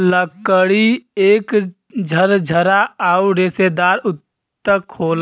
लकड़ी एक झरझरा आउर रेसेदार ऊतक होला